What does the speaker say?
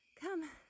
Come